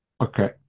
okay